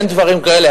אין דברים כאלה.